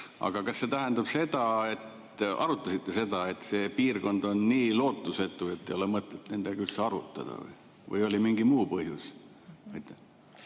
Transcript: Kas see tähendab seda, et arutasite, et see piirkond on nii lootusetu, et ei ole mõtet nendega üldse arutada? Või oli mingi muu põhjus?